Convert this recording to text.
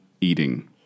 eating